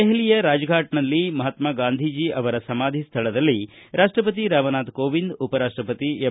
ದೆಹಲಿಯ ರಾಜ್ಫಾಟ್ನಲ್ಲಿ ಮಹಾತ್ಮಾಂಧಿಜೀ ಅವರ ಸಮಾಧಿ ಸ್ಥಳದಲ್ಲಿ ರಾಷ್ಟಪತಿ ರಾಮನಾಥ ಕೋವಿಂದ್ ಉಪರಾಷ್ಟಪತಿ ಎಂ